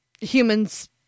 humans